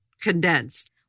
condensed